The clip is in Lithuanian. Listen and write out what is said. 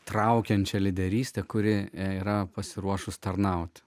traukiančią lyderystę kuri yra pasiruošus tarnauti